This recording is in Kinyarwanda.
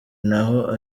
naho